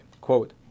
Quote